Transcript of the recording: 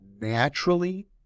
naturally